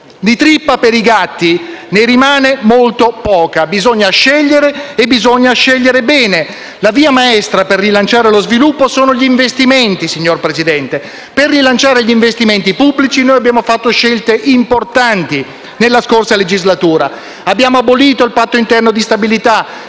di "trippa per i gatti" ne rimane molto poca: bisogna scegliere e bisogna farlo bene. La via maestra per rilanciare lo sviluppo sono gli investimenti, signor Presidente. Per rilanciare gli investimenti pubblici abbiamo fatto scelte importanti nella scorsa legislatura: abbiamo abolito il Patto interno di stabilità